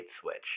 switch